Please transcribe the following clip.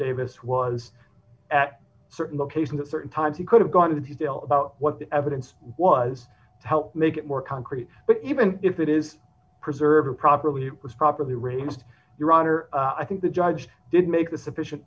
davis was at a certain location at certain times he could have gone to detail about what the evidence was to help make it more concrete but even if it is preserved properly it was properly raised your honor i think the judge did make the sufficient